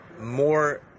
more